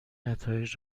نتایج